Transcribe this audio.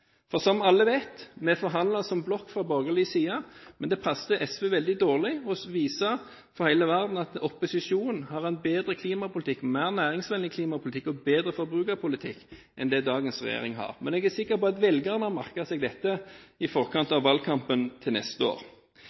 For som alle vet: Vi forhandlet fra borgerlig side som blokk, men det passet SV veldig dårlig å vise for hele verden at opposisjonen har en bedre klimapolitikk, mer næringsvennlig klimapolitikk og bedre forbrukerpolitikk enn det dagens regjering har. Men jeg er sikker på at velgerne merker seg dette i forkant av valgkampen til neste år.